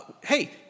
Hey